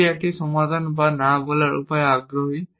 এটি একটি সমাধান বা না বলার উপায়ে আগ্রহী